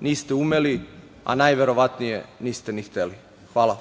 niste umeli, a najverovatnije niste ni hteli. Hvala.